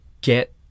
get